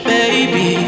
Baby